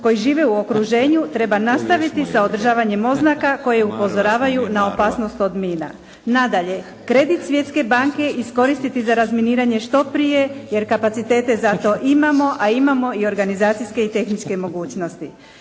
koji žive u okruženju treba nastaviti sa održavanjem oznaka koje upozoravaju na opasnost od mina. Nadalje, kredit Svjetske banke iskoristiti za razminiranje što prije jer kapacitete za to imamo, a imamo i organizacijske i tehničke mogućnosti.